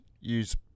use